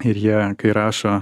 ir jie kai rašo